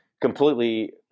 completely